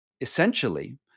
essentially